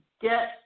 get